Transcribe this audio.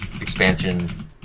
expansion